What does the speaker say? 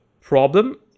problem